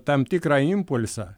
tam tikrą impulsą